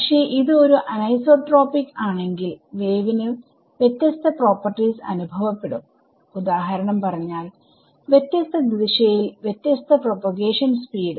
പക്ഷേ ഇത് ഒരു അനൈസോട്രോപിക് ആണെങ്കിൽ വേവ് ന് വ്യത്യസ്ത പ്രോപ്പർട്റ്റീസ് അനുഭവപ്പെടുംഉദാഹരണം പറഞ്ഞാൽ വ്യത്യസ്ത ദിശയിൽ വ്യത്യസ്ത പ്രൊപോഗേഷൻ സ്പീഡ്